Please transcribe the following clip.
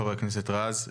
חה"כ רז,